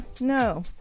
No